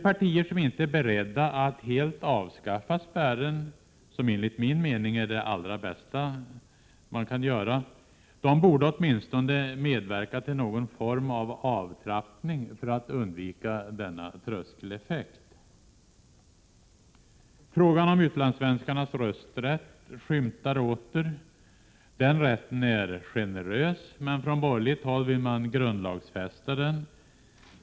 Partier som inte är beredda att helt avskaffa spärren — som enligt min mening är det allra bästa — borde åtminstone medverka till någon form av avtrappning för att undvika denna tröskeleffekt. Frågan om utlandssvenskarnas rösträtt skymtar åter. Den rätten är generös, men från borgerligt håll vill man grundlagsfästa den.